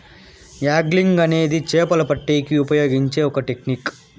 angling అనేది చాపలు పట్టేకి ఉపయోగించే ఒక టెక్నిక్